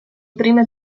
prime